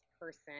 person